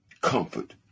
Comfort